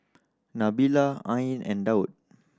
Nabila Ain and Daud